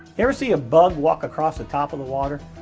ever see above walk across the top of the water?